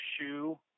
shoe